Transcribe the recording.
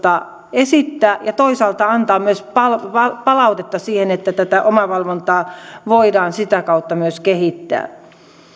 esittää ja toisaalta antaa myös palautetta että tätä omavalvontaa voidaan sitä kautta myös kehittää